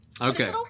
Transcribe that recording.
Okay